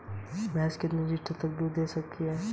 भैंस कितने लीटर तक दूध दे सकती है?